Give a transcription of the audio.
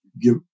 give